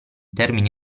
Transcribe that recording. termini